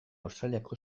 australiako